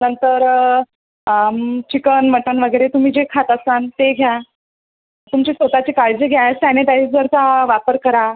नंतर chicken mutton वगैरे तुम्ही जे खात असान ते घ्या तुमची स्वतःची काळजी घ्या सॅनिटायझरचा वापर करा